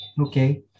okay